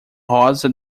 rosa